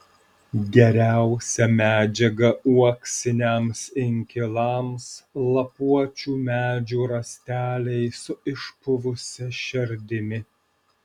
geriausia medžiaga uoksiniams inkilams lapuočių medžių rąsteliai su išpuvusia šerdimi